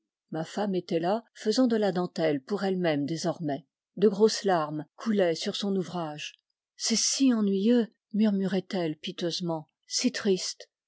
ma femme était là faisant de la dentelle pour elle-même désormais de grosses larmes coulaient sur son ouvrage c'est si ennuyeux murmurait-elle piteusement si triste